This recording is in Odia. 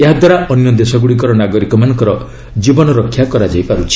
ଏହାଦ୍ୱାରା ଅନ୍ୟ ଦେଶଗ୍ରଡ଼ିକର ନାଗରିକମାନଙ୍କର ଜୀବନରକ୍ଷା କରାଯାଇ ପାରୁଛି